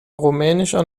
rumänischer